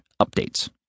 updates